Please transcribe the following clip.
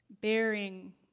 bearing